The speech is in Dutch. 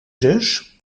zus